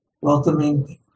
welcoming